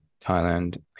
Thailand